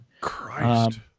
Christ